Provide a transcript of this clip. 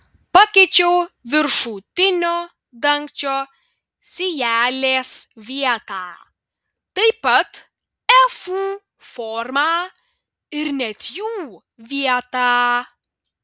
pakeičiau viršutinio dangčio sijelės vietą taip pat efų formą ir net jų vietą